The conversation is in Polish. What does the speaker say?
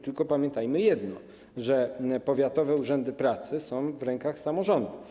Tylko pamiętajmy jedno: powiatowe urzędy pracy są w rękach samorządów.